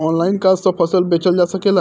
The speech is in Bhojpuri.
आनलाइन का सब फसल बेचल जा सकेला?